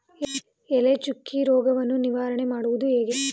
ಎಲೆ ಚುಕ್ಕಿ ರೋಗವನ್ನು ನಿವಾರಣೆ ಮಾಡುವುದು ಹೇಗೆ?